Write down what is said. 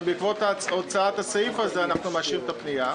ובעקבות הוצאת הסעיף הזה אנחנו מאשרים את הפנייה.